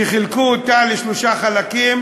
שחילקו אותה לשלושה חלקים.